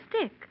stick